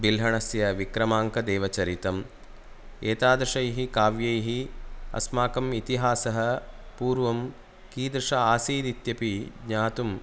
बिल्हणस्य विक्रमाङ्कदेवचरितम् एतादृशैः काव्यैः अस्माकम् इतिहासः पूर्वं कीदृश आसीदित्यपि ज्ञातुम्